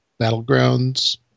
Battlegrounds